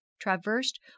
traversed